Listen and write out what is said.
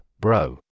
bro